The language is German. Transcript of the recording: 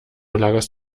lagerst